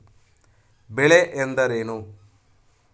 ಬೆಳೆ ಎಂದರೇನು?